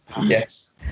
Yes